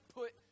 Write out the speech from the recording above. put